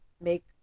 make